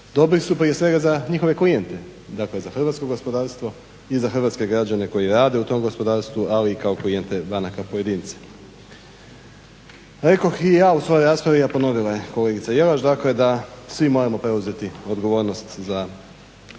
Dobri su prije svega za njihove klijente, dakle za hrvatsko gospodarstvo i za hrvatske građane koji rade u tom gospodarstvu ali i kao klijente banaka pojedinca. Rekoh i ja u svojoj raspravi, a ponovila je kolegica Jelaš, dakle da svi moramo preuzeti odgovornost i